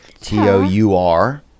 T-O-U-R